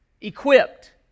equipped